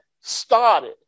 started